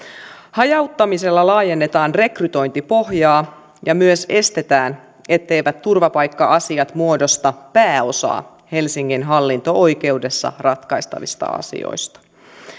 hajauttamisella laajennetaan rekrytointipohjaa ja myös estetään etteivät turvapaikka asiat muodosta pääosaa helsingin hallinto oikeudessa ratkaistavista asioista